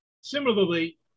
Similarly